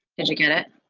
did you get it?